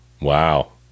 Wow